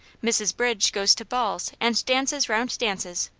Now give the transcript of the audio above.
mrs. bridges goes to balls, and dances round dances,